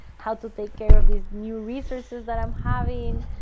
how to take care of these new resources that i'm having,